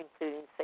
including